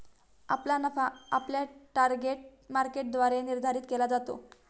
आपला नफा आपल्या टार्गेट मार्केटद्वारे निर्धारित केला जातो